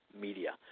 media